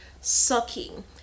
sucking